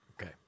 Okay